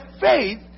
faith